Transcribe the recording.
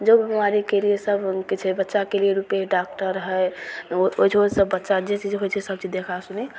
जब बीमारीके लिए सभ किछु हइ बच्चाके लिए भी डॉक्टर हइ ओ ओहिजाँसँ बच्चा जे चीज होइ छै सभचीज देखासुनी